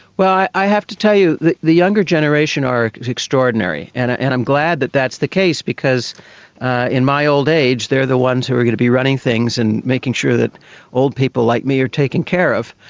well, i have to tell you, the the younger generation are extraordinary, and ah and i'm glad that that's the case because in my old age they are the ones who are going to be running things and making sure that old people like me are taken care of.